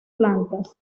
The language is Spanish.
plantas